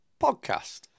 Podcast